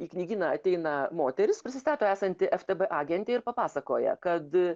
į knygyną ateina moteris prisistato esanti ftb agentė ir papasakoja kad